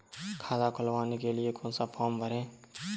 खाता खुलवाने के लिए कौन सा फॉर्म भरें?